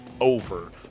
over